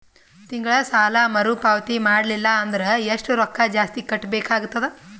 ತಿಂಗಳ ಸಾಲಾ ಮರು ಪಾವತಿ ಮಾಡಲಿಲ್ಲ ಅಂದರ ಎಷ್ಟ ರೊಕ್ಕ ಜಾಸ್ತಿ ಕಟ್ಟಬೇಕಾಗತದ?